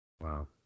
Wow